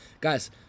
Guys